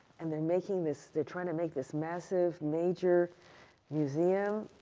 and they're making this, they're trying to make this massive major museum?